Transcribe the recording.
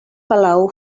palau